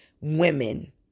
women